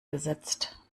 gesetzt